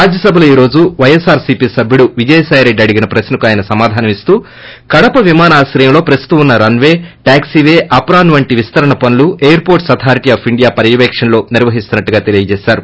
రాజ్యసభలో ఈ రోజు వైఎస్సార్సీపీ సభ్యుడు విజయసాయిరెడ్డి అడిగిన ప్రక్న కు ఆయన బదులిస్తూ కడప విమానాశ్రయంలో ప్రస్తుతం ఉన్న రన్ పే టాక్సీ వే ఆప్రాన్ వంటి విస్తరణ పనులు ఎయిర్పోర్ట్ అథారిటీ ఆఫ్ ఇండియా పర్యవేక్షణలో నిర్వహిస్తున్నట్టు తెలిపారు